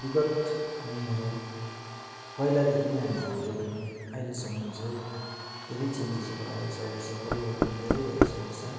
विगत दिनहरू पहिलादेखि नै हामीले हेऱ्यो भने अहिलेसम्मन चाहिँ धेरै चेन्जेसहरू आइसकेको छ परिवर्तन धेरै भइसकेको छ